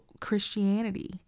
Christianity